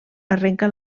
arrenca